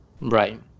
right